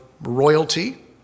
royalty